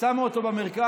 ושמה אותו במרכז.